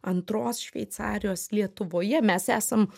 antros šveicarijos lietuvoje mes esam